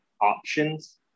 options